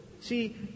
See